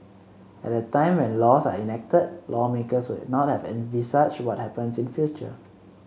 at the time when laws are enacted lawmakers would not have envisaged what happens in future